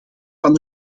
van